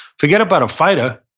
forget about a fighter.